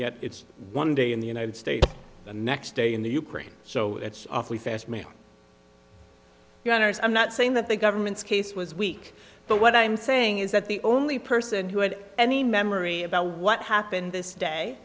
yet it's one day in the united states the next day in the ukraine so it's awfully fast me here on ars i'm not saying that the government's case was weak but what i'm saying is that the only person who had any memory about what happened this day